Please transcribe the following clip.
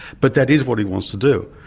but that is what he wants to do.